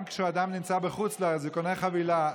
גם כשאדם נמצא בחוץ לארץ וקונה חבילה,